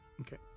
Okay